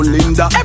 Linda